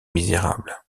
misérable